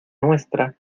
nuestra